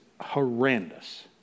horrendous